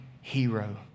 hero